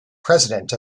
president